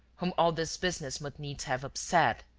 whom all this business must needs have upset.